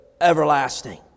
everlasting